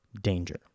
Danger